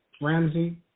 Ramsey